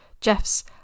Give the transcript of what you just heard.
Jeff's